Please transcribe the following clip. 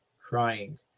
crying